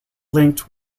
linked